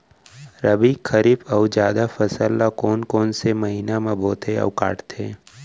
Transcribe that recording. रबि, खरीफ अऊ जादा फसल ल कोन कोन से महीना म बोथे अऊ काटते?